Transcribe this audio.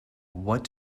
what